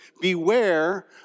beware